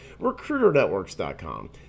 RecruiterNetworks.com